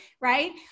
right